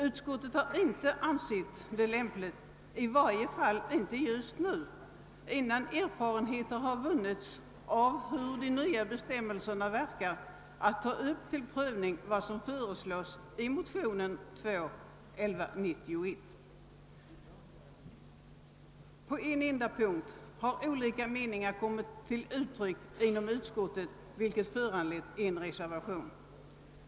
Utskottet har inte ansett det lämpligt att ta upp till prövning vad som föreslås i motionen II: 1191, i varje fall inte just nu, innan erfarenheter har vunnits av hur de nya bestämmelserna verkar. På en enda punkt har olika meningar kommit till uttryck inom utskottet, vilket föranlett en reservation.